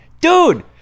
Dude